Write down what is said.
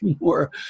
more